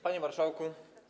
Panie Marszałku!